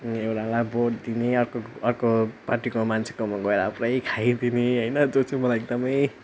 अनि एउटालाई भोट दिने अर्काको अर्को पार्टीको मान्छेकोमा गएर अब पुरा खाइदिने होइन त्यो चाहिँ मलाई एकदम